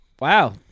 Wow